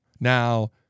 Now